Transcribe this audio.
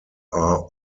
are